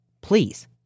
please